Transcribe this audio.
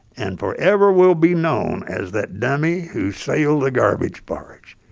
and forever will be known as that dummy who sailed the garbage barge.